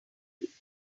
think